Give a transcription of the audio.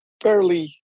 fairly